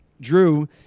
drew